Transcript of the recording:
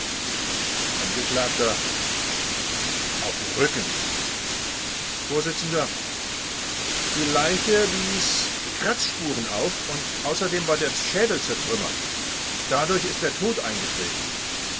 angekl auf den rücken vors die leiche wies kratzwunden auf und außerdem war der schädel zertrümmert dadurch ist der tod eingetreten